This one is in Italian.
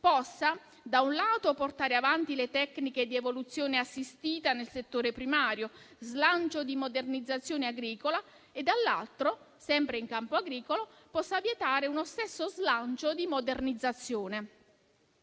possa, da un lato, portare avanti le tecniche di evoluzione assistita nel settore primario - slancio di modernizzazione agricola - e, dall'altro, sempre in campo agricolo, possa vietare uno stesso slancio di modernizzazione.